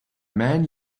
man